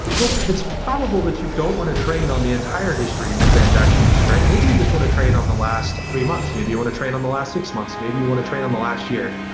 well, it's it's probably that you don't want to train on the entire history of transactions at stripe. maybe you just want to try it on the last three months. maybe you want to try it on the last six months. maybe you want to try it on the last year,